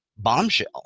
bombshell